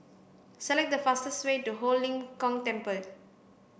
select the fastest way to Ho Lim Kong Temple